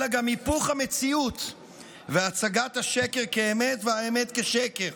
אלא גם היפוך המציאות והצגת השקר כאמת והאמת כשקר.